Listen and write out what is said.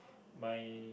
my